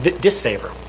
disfavor